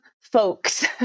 folks